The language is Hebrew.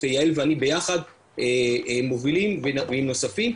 יעל ואני ביחד מובילים ועם נוספים,